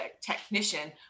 technician